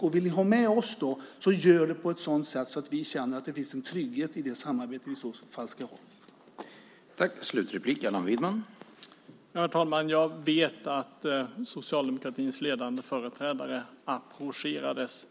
Om ni vill ha med oss - gör det på ett sätt så att vi känner att det finns en trygghet i det samarbete vi i så fall ska ha!